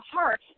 heart